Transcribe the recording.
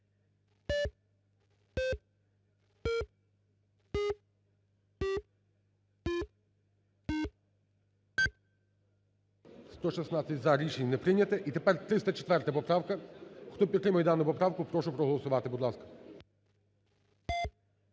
За-116 Рішення не прийнято. І тепер 304 поправка. Хто підтримує дану поправку, прошу проголосувати. Будь ласка.